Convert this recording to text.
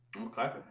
Okay